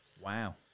Wow